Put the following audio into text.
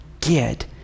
get